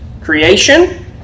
creation